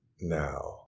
now